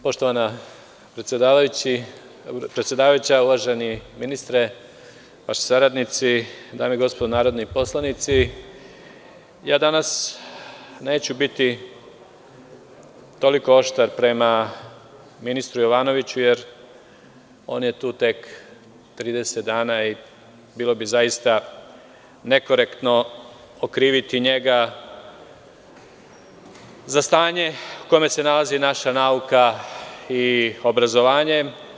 Poštovana predsedavajuća, uvaženi ministre, dame i gospodo narodni poslanici, ja danas neću biti toliko oštar prema ministru Jovanoviću je on je tu tek 30 dana i bilo bi zaista nekorektno okriviti njega za stanje u kome se nalazi naša nauka i obrazovanje.